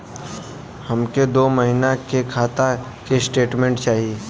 हमके दो महीना के खाता के स्टेटमेंट चाही?